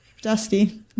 dusty